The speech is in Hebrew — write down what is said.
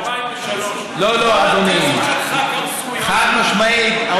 ב-2003, לא, לא, אדוני, חד-משמעית, חד-משמעית.